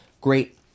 great